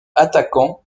attaquant